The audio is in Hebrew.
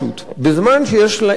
בזמן שיש אצלנו